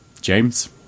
James